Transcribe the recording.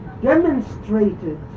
demonstrated